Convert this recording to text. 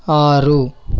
ఆరు